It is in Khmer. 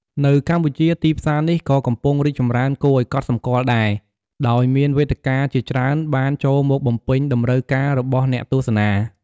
នៅកម្ពុជា ទីផ្សារនេះក៏កំពុងរីកចម្រើនគួរឲ្យកត់សម្គាល់ដែរ ដោយមានវេទិកាជាច្រើនបានចូលមកបំពេញតម្រូវការរបស់អ្នកទស្សនា។